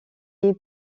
est